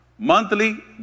Monthly